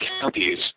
counties